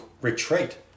retreat